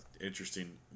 Interesting